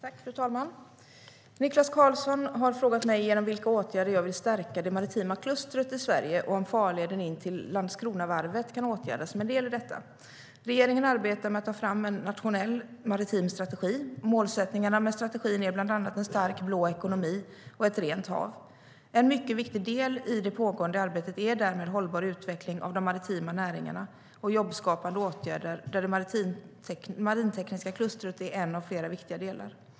Fru talman! Niklas Karlsson har frågat mig genom vilka åtgärder jag vill stärka det maritima klustret i Sverige och om farleden in till Landskronavarvet kan åtgärdas som en del i detta. Regeringen arbetar med att ta fram en nationell maritim strategi. Målsättningarna med strategin är bland annat en stark blå ekonomi och ett rent hav. En mycket viktig del i det pågående arbetet är därmed hållbar utveckling av de maritima näringarna och jobbskapande åtgärder, där det marintekniska klustret är en av flera viktiga delar.